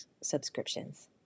subscriptions